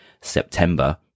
September